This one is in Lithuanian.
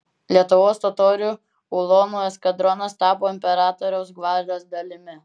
lietuvos totorių ulonų eskadronas tapo imperatoriaus gvardijos dalimi